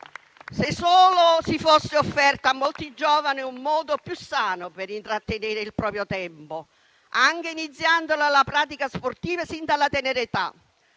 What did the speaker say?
Se solo si fosse offerto a molti giovani un modo più sano per intrattenere il proprio tempo, anche iniziando con la pratica sportiva sin dalla tenera età,